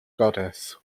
goddess